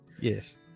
Yes